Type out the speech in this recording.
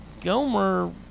Gomer